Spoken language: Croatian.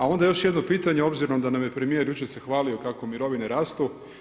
A onda još jedno pitanje obzirom da nam je premijer jučer se hvalio kako mirovine rastu.